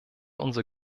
unser